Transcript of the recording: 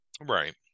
Right